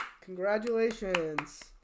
congratulations